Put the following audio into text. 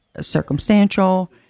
circumstantial